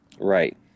Right